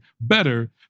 better